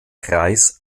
kreis